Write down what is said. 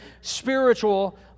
spiritual